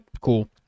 cool